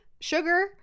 sugar